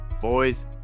boys